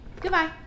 Goodbye